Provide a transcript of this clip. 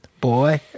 boy